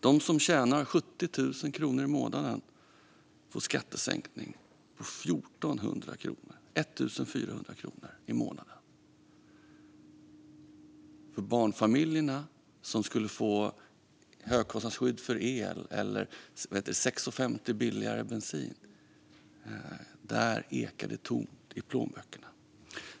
De som tjänar 70 000 kronor i månaden får en skattesänkning på 1 400 kronor i månaden. För barnfamiljerna, som skulle få högkostnadsskydd för el och 6,50 kronor billigare bensin, ekar det tomt i plånböckerna.